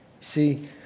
See